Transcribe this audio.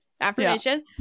Affirmation